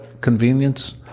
convenience